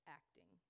acting